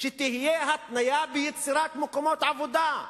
שתהיה התניה ביצירת מקומות עבודה.